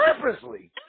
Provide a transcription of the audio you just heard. purposely